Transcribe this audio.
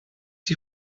die